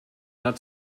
not